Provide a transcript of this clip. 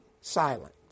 silent